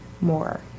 more